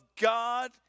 God